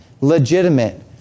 legitimate